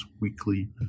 Weekly